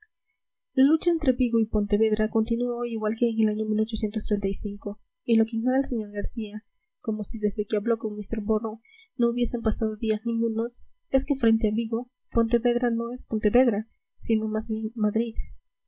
la lucha entre vigo y pontevedra continúa hoy igual que en el año y lo que ignora el sr garcía como si desde que habló con mr borrow no hubiesen pasado días ningunos es que frente a vigo pontevedra no es pontevedra sino más bien madrid